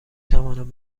توانم